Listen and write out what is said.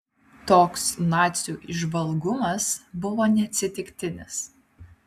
toks nacių įžvalgumas buvo neatsitiktinis